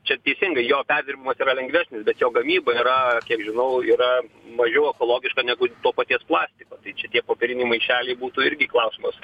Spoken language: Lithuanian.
čia teisingai jo perdirbimas yra lengvesnis bet jo gamyba yra kiek žinau yra mažiau ekologiška negu to paties plastiko tai čia tie popieriniai maišeliai būtų irgi klausimas